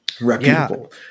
reputable